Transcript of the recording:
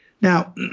now